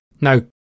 No